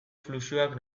fluxuak